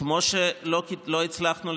כמו שלא הצלחנו,